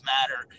Matter